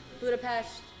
Budapest